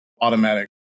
automatic